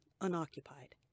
Unoccupied